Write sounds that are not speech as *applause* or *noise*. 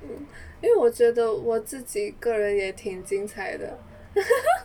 因为我觉得我自己个人也挺精彩的 *laughs*